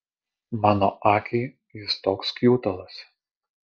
mano akiai jis toks kjutalas